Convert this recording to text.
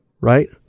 right